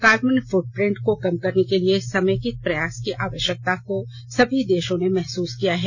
carbon footprint को कम करने के लिए समेकित प्रयास की आवश्यकता को सभी देशों ने महसूस किया है